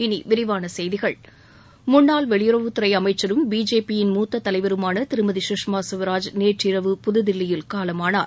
இனி விரிவான செய்திகள் முன்னாள் வெளியுறவுத்துறை அமைச்சரும் பிஜேபியின் மூத்த தலைவருமான திருமதி சுஷ்மா ஸ்வராஜ் நேற்றிரவு புதுதில்லியில் காலமானார்